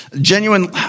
Genuine